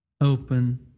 open